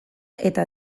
eta